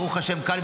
ברוך השם קל,